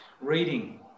reading